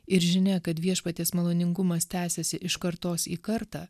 ir žinia kad viešpaties maloningumas tęsiasi iš kartos į kartą